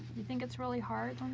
you think it's really hard